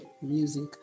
music